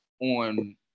on